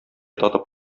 татып